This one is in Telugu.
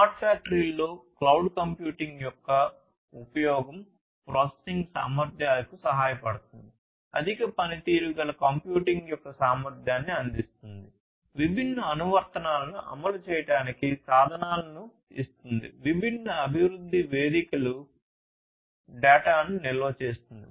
స్మార్ట్ ఫ్యాక్టరీలో క్లౌడ్ కంప్యూటింగ్ యొక్క ఉపయోగం ప్రాసెసింగ్ సామర్థ్యాలకు సహాయపడుతుంది అధిక పనితీరు గల కంప్యూటింగ్ యొక్క సామర్థ్యాన్ని అందిస్తుంది విభిన్న అనువర్తనాలను అమలు చేయడానికి సాధనాలను ఇస్తుంది విభిన్న అభివృద్ధి వేదికలు డేటాను నిల్వ చేస్తుంది